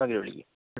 okay വിളിക്കൂ മ്